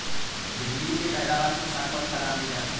भिण्डी के पैदावार से किसान को अच्छा दाम मिल जाता है